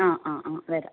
ആ ആ ആ വരാം